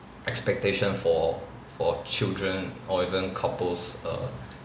expectation for for children or even couples err